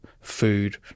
food